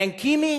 אין כימי